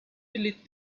delete